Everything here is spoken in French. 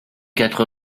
quatre